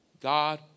God